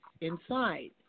inside